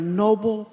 noble